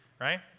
right